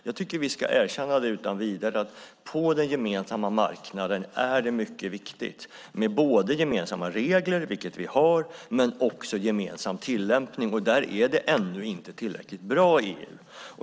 Jag tycker att vi utan vidare ska erkänna att det på den gemensamma marknaden är mycket viktigt med gemensamma regler, vilket vi har, men också med gemensam tillämpning. Där är det ännu inte tillräckligt bra i EU.